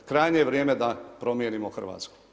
Krajnje je vrijeme da promjenimo Hrvatsku.